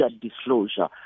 disclosure